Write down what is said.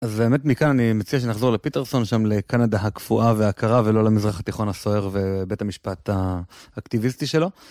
אז באמת מכאן אני מציע שנחזור לפיטרסון שם לקנדה הקפואה והקרה ולא למזרח התיכון הסוער ובית המשפט האקטיביסטי שלו.